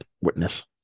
witness